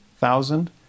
thousand